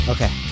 Okay